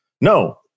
no